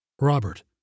Robert